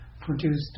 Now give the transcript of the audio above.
produced